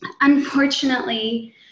Unfortunately